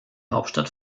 hauptstadt